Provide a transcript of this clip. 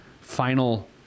final